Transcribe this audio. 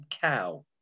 cow